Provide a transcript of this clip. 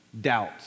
doubts